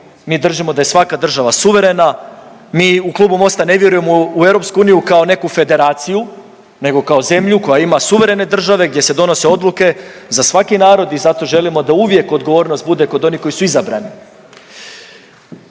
mi držimo da je svaka država suverena, mi u Klubu Mosta ne vjerujemo u EU kao neku federaciju nego kao zemlju koja ima suverene države gdje se donose odluke za svaki narod i zato želimo da uvijek odgovornost bude kod onih koji su izabrani.